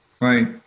right